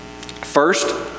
First